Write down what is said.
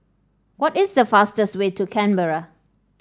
what is the fastest way to Canberra